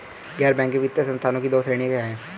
गैर बैंकिंग वित्तीय संस्थानों की दो श्रेणियाँ क्या हैं?